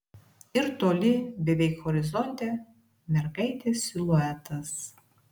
ir toli beveik horizonte mergaitės siluetas